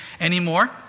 anymore